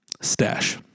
stash